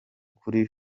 kuri